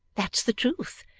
that's the truth.